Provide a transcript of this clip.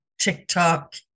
tiktok